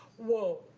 whoa.